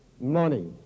money